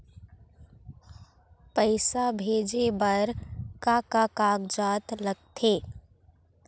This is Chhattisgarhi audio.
पैसा भेजे बार का का कागजात लगथे?